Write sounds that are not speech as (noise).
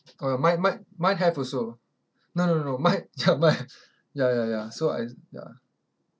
oh ya mine mine mine have also no no no no mine (laughs) ya mine have ya ya ya so I ya